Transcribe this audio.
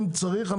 אם צריך,